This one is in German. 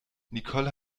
nicole